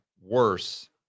worse